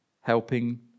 helping